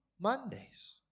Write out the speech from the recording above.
Mondays